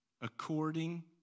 according